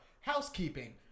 housekeeping